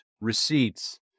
receipts